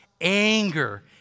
anger